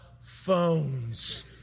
Phones